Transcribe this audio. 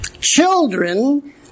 children